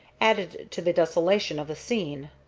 added to the desolation of the scene.